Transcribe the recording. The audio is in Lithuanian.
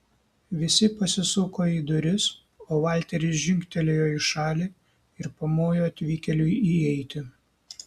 visi pasisuko į duris o valteris žingtelėjo į šalį ir pamojo atvykėliui įeiti